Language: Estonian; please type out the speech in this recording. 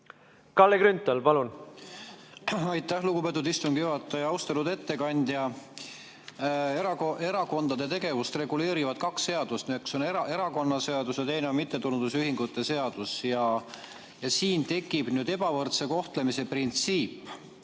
asjad saladuses? Aitäh, lugupeetud istungi juhataja! Austatud ettekandja! Erakondade tegevust reguleerivad kaks seadust: üks on erakonnaseadus ja teine on mittetulundusühingute seadus. Siin tekib ebavõrdse kohtlemise printsiip.